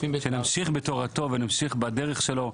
שנמשיך בתורתו ונמשיך בדרך שלו,